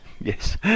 yes